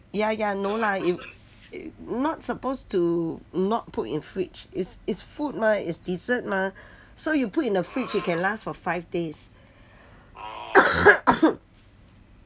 ya ya no lah it it not supposed to not put in fridge is is food mah is dessert mah so you put in the fridge you can last for five days